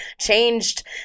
changed